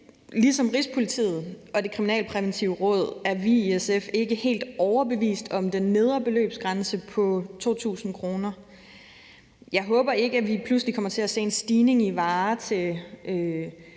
ligesom Rigspolitiet og Det Kriminalpræventive Råd er vi i SF ikke helt overbevist om den nedre beløbsgrænse på 2.000 kr. Jeg håber ikke, at vi pludselig kommer til at se en stigning i varer til